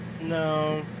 No